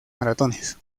maratones